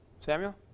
Samuel